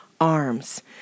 arms